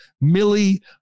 Millie